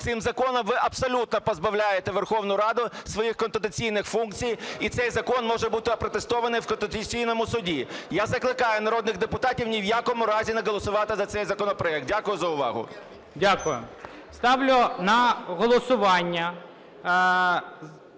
Цим законом ви абсолютно позбавляєте Верховну Раду своїх конституційних функцій. І цей закон може бути опротестований в Конституційному Суді. Я закликаю народних депутатів ні в якому разі не голосувати за цей законопроект. Дякую за увагу. ГОЛОВУЮЧИЙ. Дякую. Ставлю на голосування